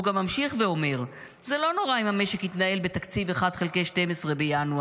הוא גם ממשיך ואומר: זה לא נורא אם המשק יתנהל בתקציב 1 חלקי 12 בינואר.